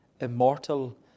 immortal